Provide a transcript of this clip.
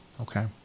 okay